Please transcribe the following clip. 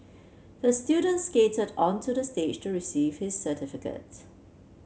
the student skated onto the stage to receive his certificate